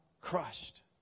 crushed